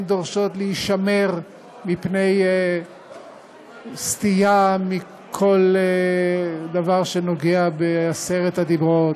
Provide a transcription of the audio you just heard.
הן דורשות להישמר מפני סטייה מכל דבר שנוגע בעשרת הדברות,